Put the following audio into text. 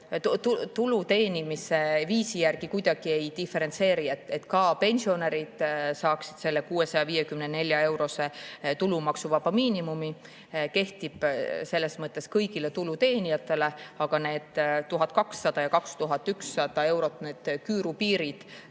tulu teenimise viisi järgi kuidagi ei diferentseeri, ka pensionärid saaksid selle 654‑eurose tulumaksuvaba miinimumi. See kehtiks kõigile tulu teenijatele. Ja need 1200 ja 2100 eurot, need küüru piirid,